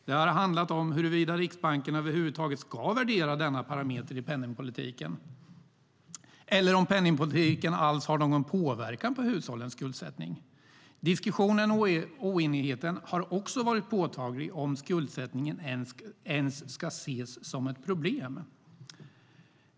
Det har handlat om huruvida Riksbanken över huvud taget ska värdera denna parameter i penningpolitiken eller om penningpolitiken alls har någon påverkan på hushållens skuldsättning. Diskussionen och oenigheten har också varit påtaglig om skuldsättningen ens ska ses som ett problem.